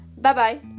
Bye-bye